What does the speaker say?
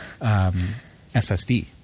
SSD